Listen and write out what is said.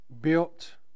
built